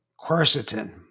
quercetin